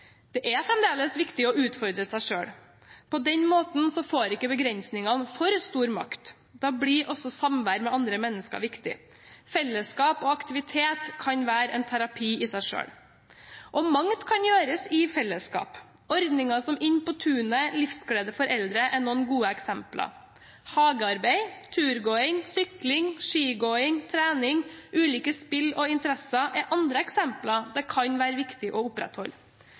Det er fremdeles viktig å utfordre seg selv. På den måten får ikke begrensningene for stor makt. Da blir også samvær med andre mennesker viktig. Fellesskap og aktivitet kan være en terapi i seg selv. Og mangt kan gjøres i fellesskap. Ordninger som Inn på tunet og Livsglede for Eldre er to gode eksempler. Hagearbeid, turgåing, sykling, skigåing, trening, ulike spill og interesser er andre eksempler det kan være viktig å opprettholde.